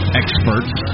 experts